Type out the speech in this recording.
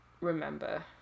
remember